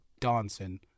dancing